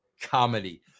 comedy